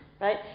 right